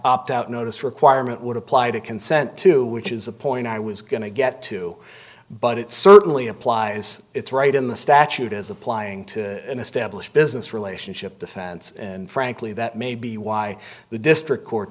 opt out notice requirement would apply to consent to which is the point i was going to get to but it certainly applies it's right in the statute as applying to an established business relationship defense and frankly that may be why the district court